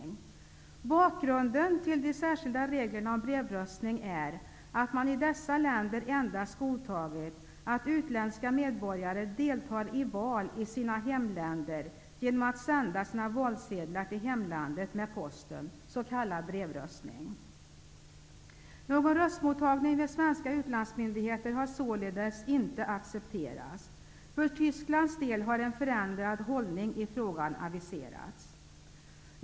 Bakgrunden till de särskilda reglerna om brevröstning är att man i dessa länder godtagit endast att utländska medborgare deltar i val i sina hemländer genom att sända sina valsedlar till hemlandet med posten, s.k. brevröstning. Någon röstmottagning vid svenska utlandsmyndigheter har således inte accepterats. För Tysklands del har en förändrad hållning i frågan aviserats.